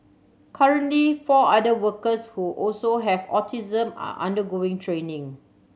currently four other workers who also have autism are undergoing training